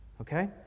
Okay